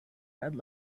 had